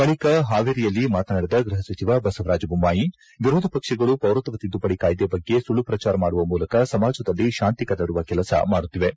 ಬಳಿಕ ಹಾವೇರಿಯಲ್ಲಿ ಮಾತಾನಾಡಿದ ಗೃಪ ಸಚಿವ ಬಸವರಾಜ ಬೊಮ್ಮಾಯಿ ವಿರೋಧ ಪಕ್ಷಗಳು ಪೌರತ್ವ ತಿದ್ದುಪಡಿ ಕಾಯ್ದೆ ಬಗ್ಗೆ ಸುಳ್ಳು ಪ್ರಜಾರ ಮಾಡುವ ಮೂಲಕ ಸಮಾಜದಲ್ಲಿ ಶಾಂತಿ ಕದಡುವ ಕೆಲಸ ಮಾಡುತ್ತಿವೆ